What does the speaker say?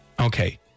Okay